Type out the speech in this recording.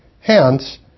Hence